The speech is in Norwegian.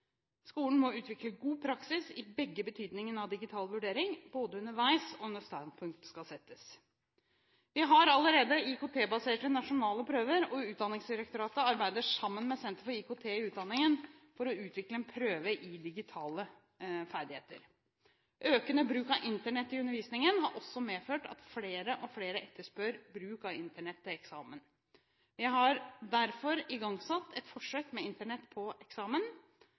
Skolen må utvikle god praksis i begge betydningene av digital vurdering, både underveis og når standpunkt skal settes. Vi har allerede IKT-baserte nasjonale prøver, og Utdanningsdirektoratet arbeider sammen med Senter for IKT i utdanningen for å utvikle en prøve i digitale ferdigheter. Økende bruk av Internett i undervisningen har også medført at flere og flere etterspør bruk av Internett til eksamen. Vi har derfor igangsatt et forsøk med Internett på eksamen.